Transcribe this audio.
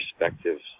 perspectives